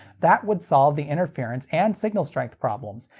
that would solve the interference and signal strength problems,